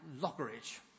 Lockeridge